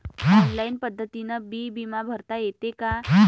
Online पद्धतीनं बी बिमा भरता येते का?